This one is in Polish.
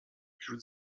wśród